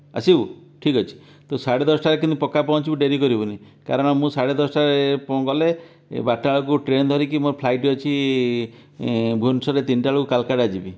ଆସିବୁ ଠିକ ଅଛି ତୁ ସାଢ଼େ ଦଶଟା ରେ କିନ୍ତୁ ପକ୍କା ପହଞ୍ଚିବୁ ଡେରି କରିବୁନି କାରଣ ମୁଁ ସାଢ଼େ ଦଶଟା ରେ ଗଲେ ବାର ଟା ବେଳକୁ ଟ୍ରେନ ଧରିକି ମୋ ଫ୍ଲାଇଟ ଅଛି ଭୁବନେଶ୍ୱରରେ ତିନ ଟା ବେଳକୁ କାଲକାଟା ଯିବି